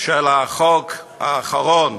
החוק האחרון